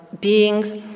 beings